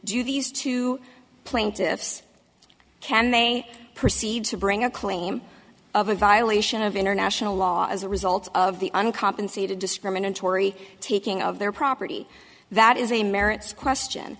do these two plaintiffs can they proceed to bring a claim of a violation of international law as a result of the uncompensated discriminatory taking of their property that is a merits question